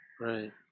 Right